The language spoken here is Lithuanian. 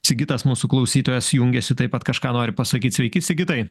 sigitas mūsų klausytojas jungiasi taip pat kažką nori pasakyt sveiki sigitai